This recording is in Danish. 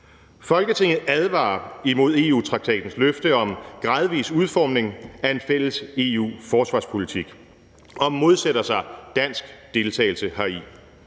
»Folketinget advarer imod EU-traktatens løfte om »gradvis udformning af en fælles EU-forsvarspolitik« og modsætter sig dansk deltagelse heri.